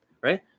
right